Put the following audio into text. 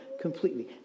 Completely